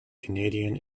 canadian